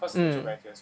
mm